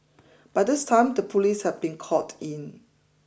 by this time the police have been called in